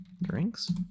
Drinks